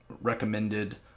recommended